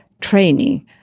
training